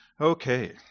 Okay